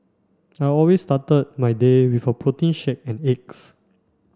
I always started my day with a protein shake and eggs